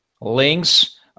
links